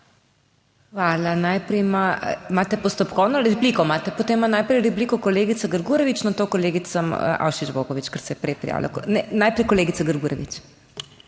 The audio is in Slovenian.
Hvala. Najprej… Imate postopkovno ali repliko? Potem ima najprej repliko kolegica Grgurevič na to kolegica Avšič Bogovič, ker se je prej prijavila. Najprej kolegica Grgurevič.